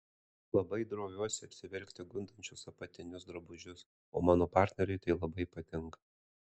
labai droviuosi apsivilkti gundančius apatinius drabužius o mano partneriui tai labai patinka